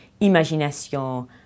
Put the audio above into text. imagination